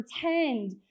pretend